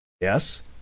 Yes